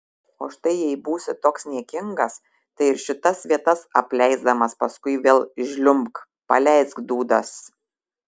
o štai jei būsi toks niekingas tai ir šitas vietas apleisdamas paskui vėl žliumbk paleisk dūdas